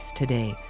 today